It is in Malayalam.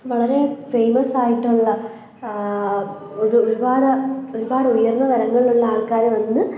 വളരെ ഫേയ്മസായിട്ടുള്ള ഒരു ഒരുപാട് ഒരുപാടുയർന്നു തലങ്ങളിലുള്ള ആൾക്കാർ വന്ന്